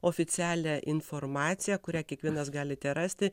oficialią informaciją kurią kiekvienas galite rasti